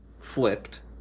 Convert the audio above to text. flipped